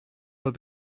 pas